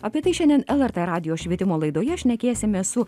apie tai šiandien lrt radijo švietimo laidoje šnekėsimės su